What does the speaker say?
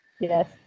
yes